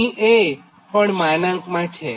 અહિં A પણ માનાંકમાં છે